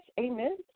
Amen